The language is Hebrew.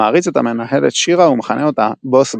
מעריץ את המנהלת שירה ומכנה אותה "בוס גדול"